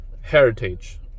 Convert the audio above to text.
heritage